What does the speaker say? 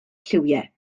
lliwiau